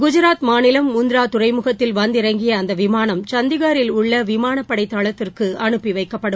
குஐராத் மாநிலம் முந்ராதுறைமுகத்தில் வந்திறங்கியஅந்தவிமானம் சண்டிகரில் உள்ளவிமானப்படைதளத்திற்குஅனுப்பிவைக்கப்படும்